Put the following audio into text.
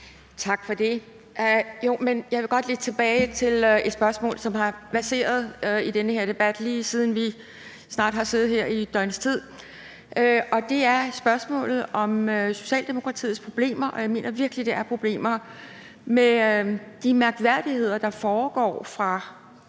Tak for det. Jeg vil godt lidt tilbage til et spørgsmål, som har verseret i den her debat, lige så længe vi har siddet her i snart et døgns tid. Det er spørgsmålet om Socialdemokratiets problemer, og jeg mener virkelig, det er problemer med de mærkværdigheder, der foregår. Hr.